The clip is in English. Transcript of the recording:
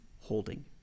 holding